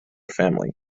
family